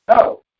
No